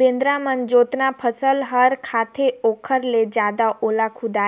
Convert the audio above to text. बेंदरा मन जेतना फसल ह खाते ओखर ले जादा ओला खुईद